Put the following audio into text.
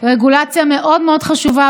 רגולציה מאוד מאוד חשובה,